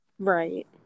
Right